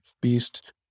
beast